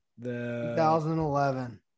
2011